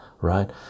right